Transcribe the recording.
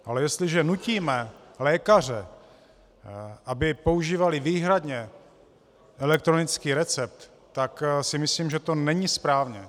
Ale jestliže nutíme lékaře, aby používali výhradně elektronický recept, tak si myslím, že to není správně.